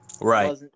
right